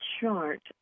chart